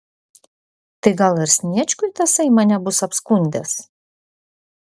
tai gal ir sniečkui tasai mane bus apskundęs